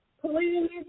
please